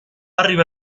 arribar